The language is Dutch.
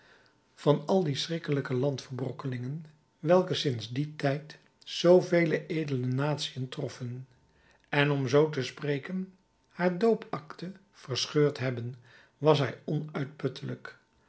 van al die schrikkelijke landverbrokkelingen welke sinds dien tijd zoovele edele natiën troffen en om zoo te spreken haar doopakte verscheurd hebben was hij onuitputtelijk